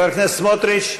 חבר הכנסת סמוטריץ?